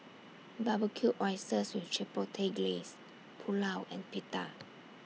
Barbecued Oysters with Chipotle Glaze Pulao and Pita